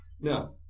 now